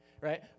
right